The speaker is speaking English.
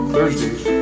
Thursdays